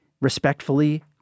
respectfully